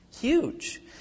huge